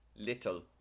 Little